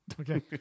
Okay